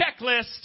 checklist